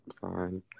fine